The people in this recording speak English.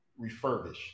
refurbish